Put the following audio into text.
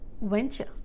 venture